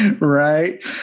Right